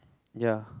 ya